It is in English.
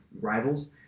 rivals